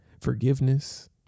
forgiveness